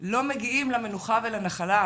לא מגיעים למנוחה ולנחלה.